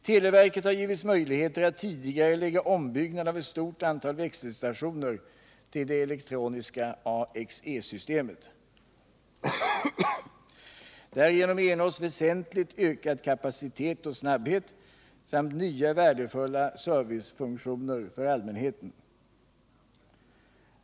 Televerket har givits möjligheter att tidigarelägga ombyggnad av ett stort antal växelstationer till det elektroniska AXE-systemet. Därigenom ernås väsentligt ökad kapacitet och snabbhet samt nya värdefulla servicefunktioner för allmänheten.